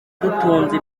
dutunze